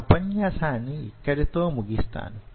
నా ఉపన్యాసాన్ని యిక్కడ తో ముగిస్తాను